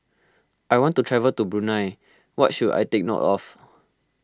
I want to travel to Brunei what should I take note of